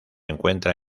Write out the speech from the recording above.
encuentra